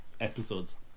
episodes